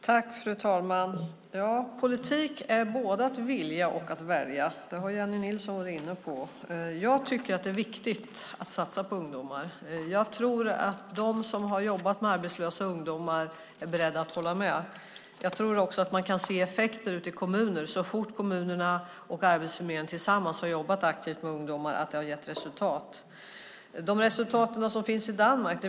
Fru talman! Politik är både att vilja och att välja. Det har Jennie Nilsson varit inne på. Det är viktigt att satsa på ungdomar. Jag tror att de som har jobbat med arbetslösa ungdomar är beredda att hålla med. Man kan se effekter ute i kommuner så fort kommuner och Arbetsförmedlingen har arbetat tillsammans aktivt med ungdomar och att det har gett resultat. Jag känner inte till de resultat som finns i Danmark.